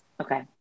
Okay